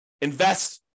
invest